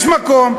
יש מקום.